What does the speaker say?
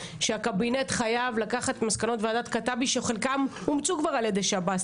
שהקבינט חייב לקחת את מסקנות ועדת קעטבי שחלקן אומצו כבר על ידי שב"ס,